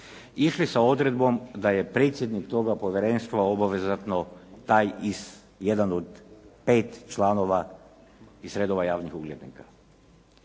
išli sa odredbom da je predsjednik toga povjerenstva obvezatno jedan od pet članova iz redova javnih uglednika.